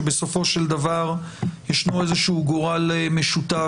שבסופו של דבר ישנו איזה שהוא גורל משותף